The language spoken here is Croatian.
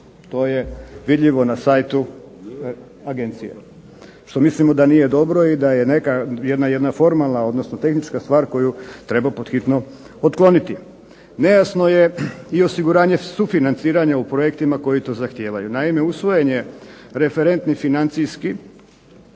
To je vidljivo na site agencije, što mislimo da nije dobro i da je jedna formalna i tehnička stvar koju treba hitno otkloniti. Nejasno je i osiguranje sufinanciranja u projektima koji to zahtijevaju. Naime, usvojen je referentni financijski